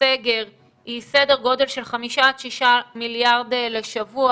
סגר היא סדר גודל של חמישה עד שישה מיליארד לשבוע,